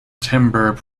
timber